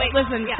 listen